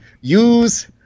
use